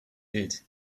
did